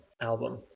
album